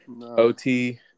OT